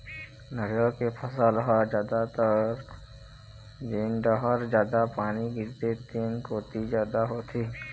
नरियर के फसल ह जादातर जेन डहर जादा पानी गिरथे तेन कोती जादा होथे